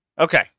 Okay